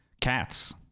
cats